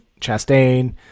Chastain